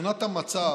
תמונת המצב